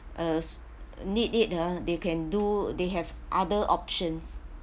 uh s~ need it ah they can do they have other options